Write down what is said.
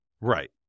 Right